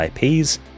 IPs